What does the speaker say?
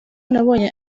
nabonye